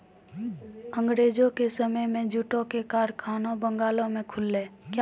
अंगरेजो के समय मे जूटो के कारखाना बंगालो मे खुललै